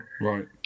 Right